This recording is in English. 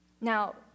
Now